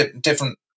different